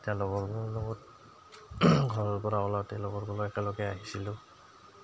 তেতিয়া লগৰবোৰৰ লগত ঘৰৰ পৰা ওলাওঁতে লগৰবোৰ একেলগে আহিছিলোঁ